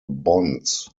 bonds